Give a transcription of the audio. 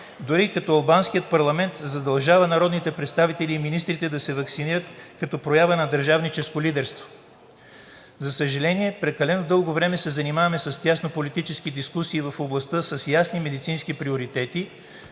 дори албанският парламент задължава народните представители и министрите да се ваксинират като проява на държавническо лидерство. За съжаление, прекалено дълго време се занимаваме с тяснополитически дискусии в областта с ясни медицински приоритети,